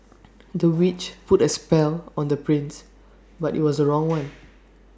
the witch put A spell on the prince but IT was the wrong one